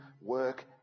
work